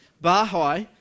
Baha'i